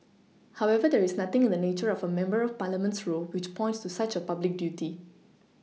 however there is nothing in the nature of a member of parliament's role which points to such a public duty